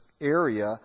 area